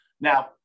Now